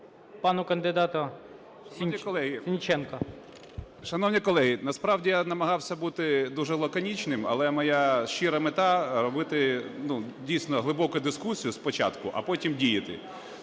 пану кандидату Сенниченку. СЕННИЧЕНКО Д.В. Шановні колеги, насправді я намагався бути дуже лаконічним, але моя щира мета - робити дійсно глибоку дискусію спочатку, а потім діяти.